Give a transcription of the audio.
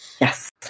Yes